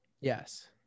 Yes